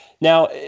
Now